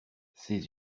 ses